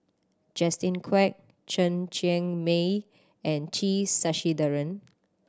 Justin Quek Chen Cheng Mei and T Sasitharan